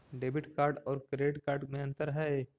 Debit card और credit card में अन्तर है?